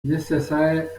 nécessaire